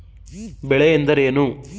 ಬೆಳೆ ಎಂದರೇನು?